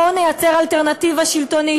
בואו נייצר אלטרנטיבה שלטונית.